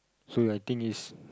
so I think is